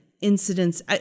Incidents